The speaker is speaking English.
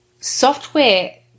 software